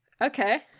Okay